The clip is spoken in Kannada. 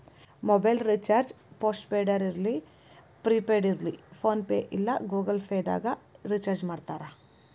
ಮೊಬೈಲ್ ರಿಚಾರ್ಜ್ ಪೋಸ್ಟ್ ಪೇಡರ ಇರ್ಲಿ ಪ್ರಿಪೇಯ್ಡ್ ಇರ್ಲಿ ಫೋನ್ಪೇ ಇಲ್ಲಾ ಗೂಗಲ್ ಪೇದಾಗ್ ರಿಚಾರ್ಜ್ಮಾಡ್ತಾರ